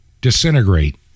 disintegrate